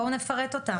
בואו נפרט אותם.